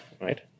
Right